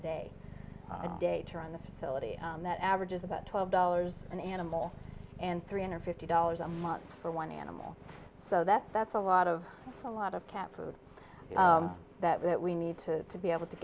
day to day to run the facility that averages about twelve dollars an animal and three hundred fifty dollars a month for one animal so that's that's a lot of a lot of cat food that we need to to be able to